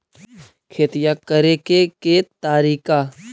खेतिया करेके के तारिका?